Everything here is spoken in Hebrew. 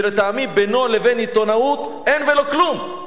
שלטעמי בינו לבין עיתונאות אין ולא כלום.